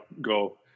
go